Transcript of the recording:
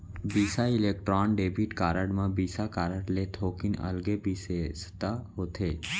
बिसा Electron debit card म Visa card ले थोकिन अलगे बिसेसता होथे